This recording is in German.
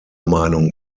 meinung